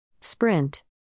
Sprint